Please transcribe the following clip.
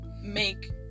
make